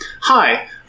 Hi